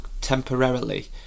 temporarily